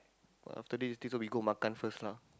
after this later we go Makan first lah